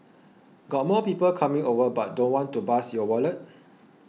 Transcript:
got more people coming over but don't want to bust your wallet